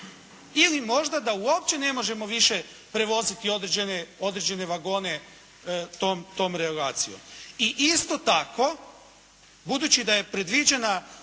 Ili možda da uopće ne možemo prevoziti određene vagone tom relacijom. I isto tako budući da je predviđena